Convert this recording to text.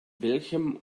welchem